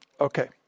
Okay